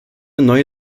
neue